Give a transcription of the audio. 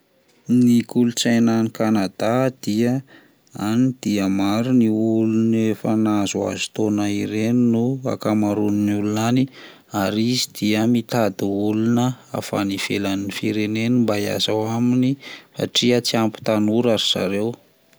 Ny kolontsaina any Kanada dia any maro ny olona efa nahazohazo taona ireny no akamaroan' ny olona any, ary izy dia mitady olona avy any ivelan'ny fireneny mba hiasa ao aminy satria tsy ampy tanora ry zareo.